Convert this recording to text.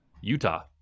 Utah